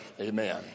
Amen